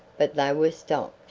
but they were stopped,